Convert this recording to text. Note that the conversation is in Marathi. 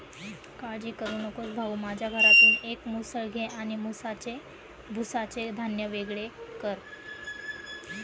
काळजी करू नकोस भाऊ, माझ्या घरातून एक मुसळ घे आणि भुसाचे धान्य वेगळे कर